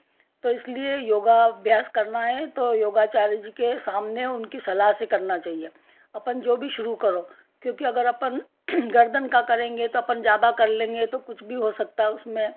तो इसलिए योग अभ्यास करना है तो योगाचार्य जी के सामने उनकी सलाह से करना चाहिए अपन जो भी शुरू करो क्योंकि अगर अपन गर्दन का करेंगे तो अपन ज़्यादा कर लेंगे तो कुछ भी हो सकता है उसमें